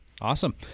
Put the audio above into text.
awesome